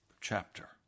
chapter